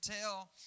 tell